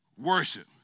worship